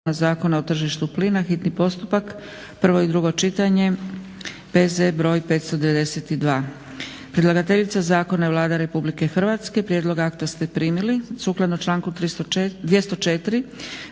zakona o tržištu plina, hitni postupak, prvo i drugo čitanje, P.Z. br.592; Predlagateljica zakona je Vlada RH, prijedlog akta ste primili. Sukladno članku 204.